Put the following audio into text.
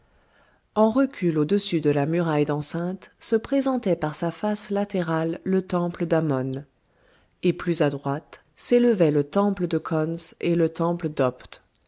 en recul au-dessus de la muraille d'enceinte se présentait par sa face latérale le temple d'ammon et plus à droite s'élevaient le temple de khons et le temple d'opht